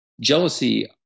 jealousy